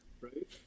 right